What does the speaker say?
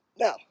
Now